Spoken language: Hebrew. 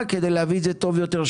כתוב בתורה: